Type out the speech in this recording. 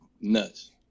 nuts